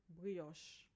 Brioche